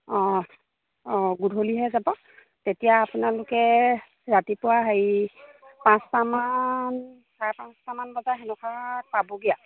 অঁ অঁ গধূলিহে যাব তেতিয়া আপোনালোকে ৰাতিপুৱা হেৰি পাঁচটামান চাৰে পাঁচটামান বজাত তেনেকুৱাত পাবগৈ আৰু